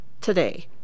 today